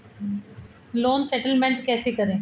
Loan settlement कैसे करें?